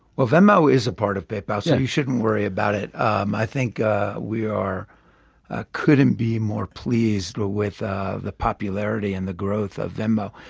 ah venmo is a part of paypal, so you shouldn't worry about it. um i think we ah couldn't be more pleased with ah the popularity and the growth of venmo.